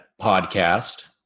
Podcast